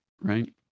Right